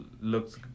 looks